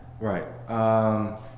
Right